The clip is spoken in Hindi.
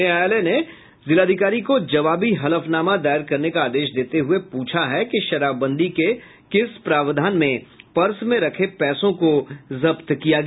न्यायालय ने जिलाधिकारी को जवाबी हलफनामा दायर करने का आदेश देते हुये पूछा है कि शराबबंदी के किस प्रावधान में पर्स में रखे पैसों को जब्त किया गया